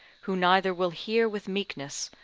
who neither will hear with meekness,